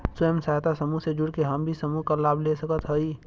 स्वयं सहायता समूह से जुड़ के हम भी समूह क लाभ ले सकत हई?